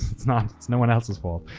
it's not, it's no one else's fault.